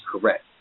correct